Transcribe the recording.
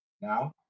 Now